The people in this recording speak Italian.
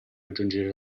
raggiungere